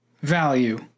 value